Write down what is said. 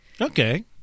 Okay